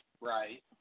right